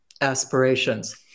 aspirations